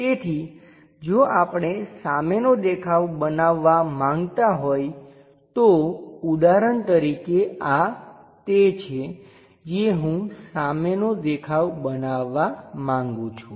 તેથી જો આપણે સામેનો દેખાવ બનાવવાં માંગતા હોય તો ઉદાહરણ તરીકે આ તે છે જે હું સામેનો દેખાવ બનાવવા માંગુ છું